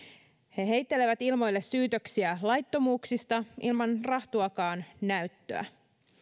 he heittelevät ilmoille syytöksiä laittomuuksista ilman rahtuakaan näyttöä